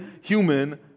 human